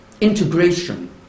integration